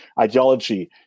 ideology